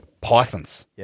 Pythons